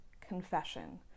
confession